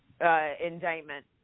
indictment